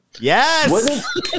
Yes